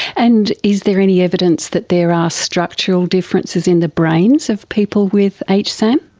and is there any evidence that there are structural differences in the brains of people with hsam?